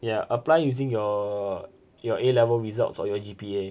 yeah apply using your your A level results or your G_P_A